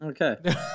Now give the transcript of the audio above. Okay